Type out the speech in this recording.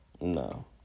No